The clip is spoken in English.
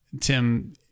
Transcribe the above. Tim